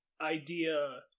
idea